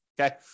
Okay